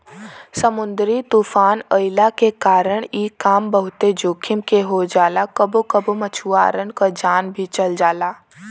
समुंदरी तूफ़ान अइला के कारण इ काम बहुते जोखिम के हो जाला कबो कबो मछुआरन के जान भी चल जाला